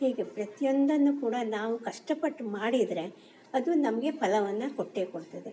ಹೀಗೆ ಪ್ರತಿಯೊಂದನ್ನು ಕೂಡ ನಾವು ಕಷ್ಟಪಟ್ಟು ಮಾಡಿದರೆ ಅದು ನಮಗೆ ಫಲವನ್ನು ಕೊಟ್ಟೇ ಕೊಡ್ತದೆ